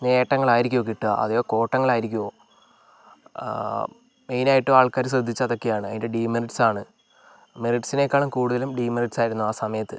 നേട്ടങ്ങളായിരിക്കുമോ കിട്ടുക അതെയോ കോട്ടങ്ങളായിരിക്കുമോ മെയ്നായിട്ടും ആൾക്കാർ ശ്രദ്ധിച്ചത് അതൊക്കെയാണ് അതിൻ്റെ ഡീമെറിറ്റ്സ് ആണ് മെറിറ്റ്സിനേക്കാളും കൂടുതലും ഡീമെറിറ്റസ് ആയിരുന്നു ആ സമയത്ത്